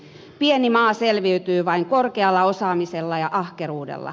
pieni maa selviytyy vain korkealla osaamisella ja ahkeruudella